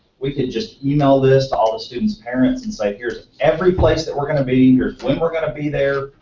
we can just email this to all the students' parents, and say, here's every place that we're going to be, here's when we're going to be there.